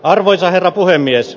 arvoisa herra puhemies